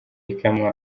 ikamwa